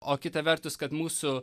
o kita vertus kad mūsų